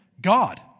God